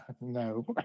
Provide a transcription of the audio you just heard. no